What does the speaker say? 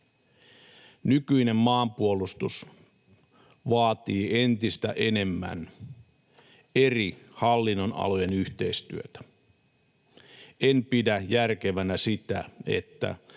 Nykyinen maanpuolustus vaatii entistä enemmän eri hallinnonalojen yhteistyötä. En pidä järkevänä sitä, että